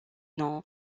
non